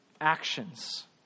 actions